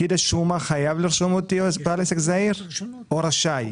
פקיד השומה חייב לרשום אותי בעל עסק זעיר או רשאי,